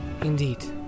Indeed